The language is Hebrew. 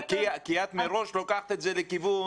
כי את מראש לוקחת את זה לכיוון,